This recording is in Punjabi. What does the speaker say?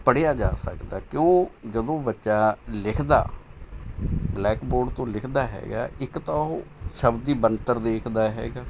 ਪੜ੍ਹਿਆ ਜਾ ਸਕਦਾ ਕਿਉਂ ਜਦੋਂ ਬੱਚਾ ਲਿਖਦਾ ਬਲੈਕਬੋਰਡ ਤੋਂ ਲਿਖਦਾ ਹੈਗਾ ਇੱਕ ਤਾਂ ਉਹ ਸ਼ਬਦ ਦੀ ਬਣਤਰ ਦੇਖਦਾ ਹੈਗਾ